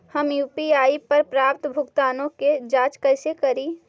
हम यु.पी.आई पर प्राप्त भुगतानों के जांच कैसे करी?